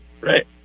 Right